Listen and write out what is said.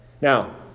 Now